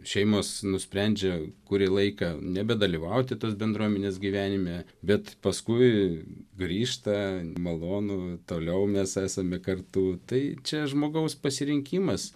šeimos nusprendžia kurį laiką nebedalyvauti tos bendruomenės gyvenime bet paskui grįžta malonu toliau mes esame kartu tai čia žmogaus pasirinkimas